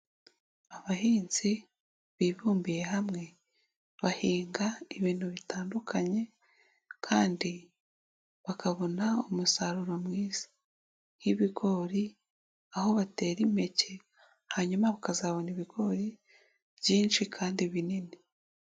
Abahinzi bibumbiye hamwe bahinga ibintu bitandukanye kandi bakabona umusaruro mwiza nk'ibigori aho batera impeke hanyuma bakazabona ibigori byinshi kandi binini.